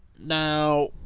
Now